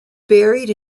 buried